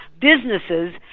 businesses